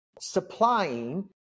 supplying